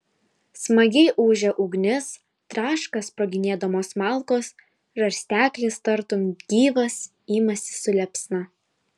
smagiai ūžia ugnis traška sproginėdamos malkos žarsteklis tartum gyvas imasi su liepsna